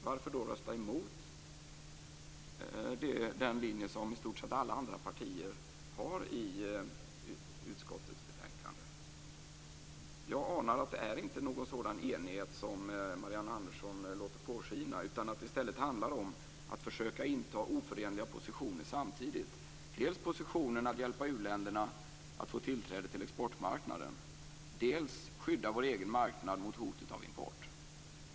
Varför rösta emot den linje som i stort sett alla andra partier har i utskottets betänkande? Jag anar att det inte är en sådan enighet som Marianne Andersson låter påskina utan att det i stället handlar om att försöka inta oförenliga positioner samtidigt; dels att hjälpa u-länderna att få tillträde till exportmarknaden, dels att skydda vår egen marknad mot hotet från import.